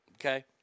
Okay